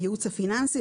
הייעוץ הפיננסי,